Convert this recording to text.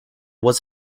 was